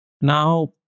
Now